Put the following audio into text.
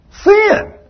Sin